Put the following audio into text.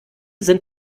sind